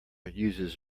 uses